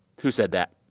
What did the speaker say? who said that?